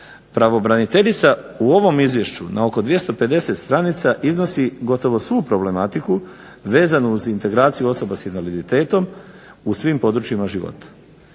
pravobraniteljica u ovom izvješću na oko 250 stranica iznosi gotovo svu problematiku vezanu uz integraciju osoba s invaliditetom u svim područjima života.